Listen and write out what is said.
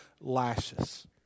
lashes